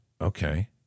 okay